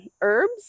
herbs